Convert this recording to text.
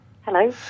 Hello